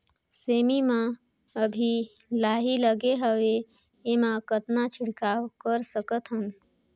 सेमी म अभी लाही लगे हवे एमा कतना छिड़काव कर सकथन?